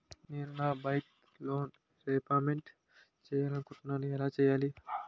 నేను నా bike loan repayment చేయాలనుకుంటున్నా ఎలా చేయాలి?